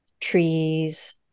trees